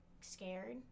scared